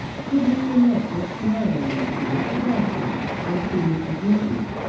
could mr. masters come out on that day to bragton and see mrs. morton.